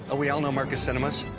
ah we all know marcus cinemas.